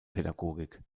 pädagogik